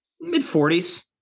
Mid-40s